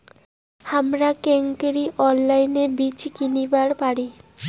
হামরা কেঙকরি অনলাইনে বীজ কিনিবার পারি?